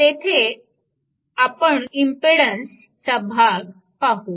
तेथे आपण तो इम्पेडन्स चा भाग पाहू